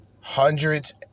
hundreds